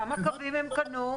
כמה קווים הם קנו?